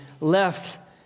left